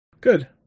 Good